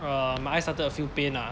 um my eye started to feel pain ah